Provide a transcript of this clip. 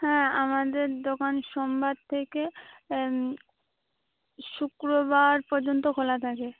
হ্যাঁ আমাদের দোকান সোমবার থেকে শুক্রবার পর্যন্ত খোলা থাকে